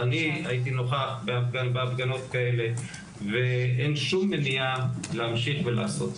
אני הייתי נוכח בהפגנות כאלה ואין שום מניעה להמשיך ולעשות,